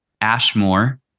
Ashmore